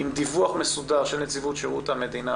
עם דיווח מסודר של נציבות שירות המדינה